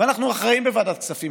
ואנחנו אחראים בוועדת כספים,